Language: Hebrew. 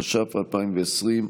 התש"ף 2020,